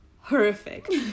horrific